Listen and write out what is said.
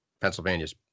Pennsylvania's